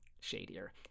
shadier